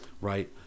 right